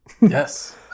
Yes